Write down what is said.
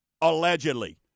allegedly